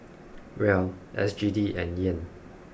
Riel S G D and Yen